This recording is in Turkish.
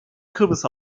kıbrıs